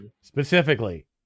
specifically